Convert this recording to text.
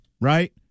right